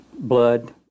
blood